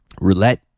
Roulette